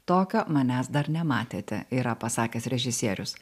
tokio manęs dar nematėte yra pasakęs režisierius